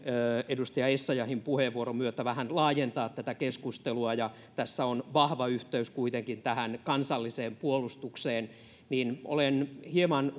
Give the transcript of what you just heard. edustaja essayahin puheenvuoron myötä vähän laajentaa tätä keskustelua ja tässä on vahva yhteys kuitenkin tähän kansalliseen puolustukseen niin olen hieman